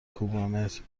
کوبمت